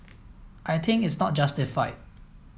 I think is not justified